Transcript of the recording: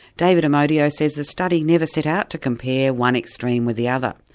david amodio says the study never set out to compare one extreme with the other.